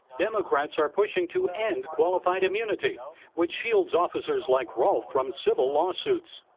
democrats are pushing to end qualified immunity ah which shields officers like rolf from civil lawsuits.